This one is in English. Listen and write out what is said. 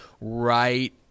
right